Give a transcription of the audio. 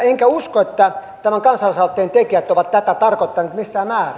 enkä usko että tämän kansalaisaloitteen tekijät ovat tätä tarkoittaneet missään määrin